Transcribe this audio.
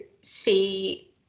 see